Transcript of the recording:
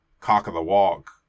cock-of-the-walk